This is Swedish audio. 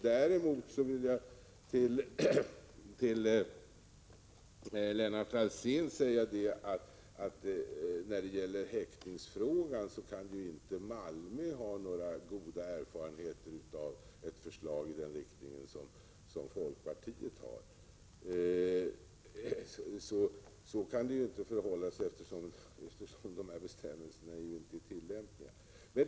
Däremot vill jag till Lennart Alsén säga att Malmö när det gäller häktningsfrågan inte kan ha några goda erfarenheter av ett förslag i den riktning som folkpartiet framställer. Så kan det inte förhålla sig eftersom bestämmelserna inte är tillämpliga.